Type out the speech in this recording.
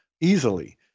easily